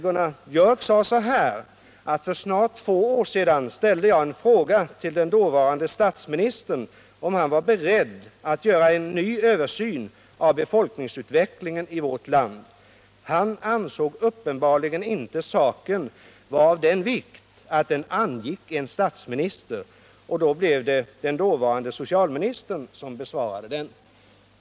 Gunnar Biörck sade då: För snart två år sedan ställde jag en fråga till den dåvarande statsministern om han var beredd att göra en ny översyn av befolkningsutvecklingen i vårt land. Han ansåg uppenbarligen inte saken vara av den vikt att den angick en statsminister. Då blev det den dåvarande socialministern som besvarade den.